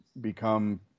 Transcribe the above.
become